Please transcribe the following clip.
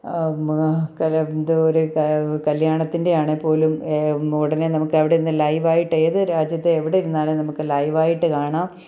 കല് ത് ഒര് കാ കല്യാണത്തിൻ്റെ ആണെങ്കിൽ പോലും ഉടനെ നമുക്ക് അവിടെ നിന്ന് ലൈവ് ആയിട്ട് ഏത് രാജ്യത്ത് എവിടെ ഇരുന്നാലും നമുക്ക് ലൈവ് ആയിട്ട് കാണാം